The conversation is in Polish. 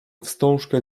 wstążkę